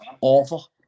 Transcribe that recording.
Awful